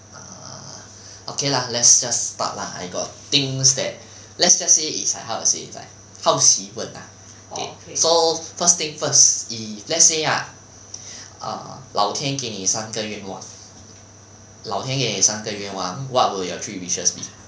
ah okay lah let's just start lah I got things that let's just say it's like how to say it's like ah okay so first thing first if let's say ah err 老天给你三个愿望老天给你三个愿望 what will your three wishes be